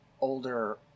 older